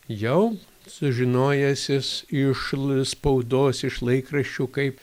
jau sužinojęs iš iš spaudos iš laikraščių kaip